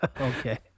Okay